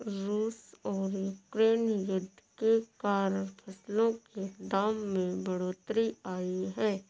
रूस और यूक्रेन युद्ध के कारण फसलों के दाम में बढ़ोतरी आई है